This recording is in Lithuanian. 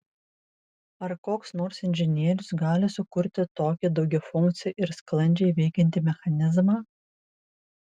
ar koks nors inžinierius gali sukurti tokį daugiafunkcį ir sklandžiai veikiantį mechanizmą